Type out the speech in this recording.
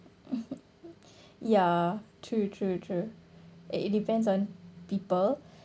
ya true true true uh it depends on people